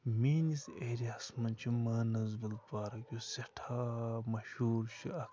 میٛٲنِس ایریاہَس منٛز چھُ مانَسبل پارک یُس سٮ۪ٹھاہ مشہوٗر چھِ اَکھ